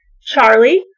Charlie